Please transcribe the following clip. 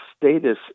status